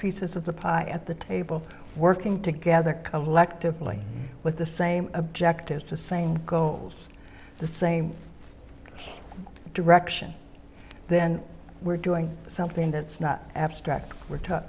pieces of the pie at the table working together collectively with the same objectives the same goals the same direction then we're doing something that's not abstract we're taught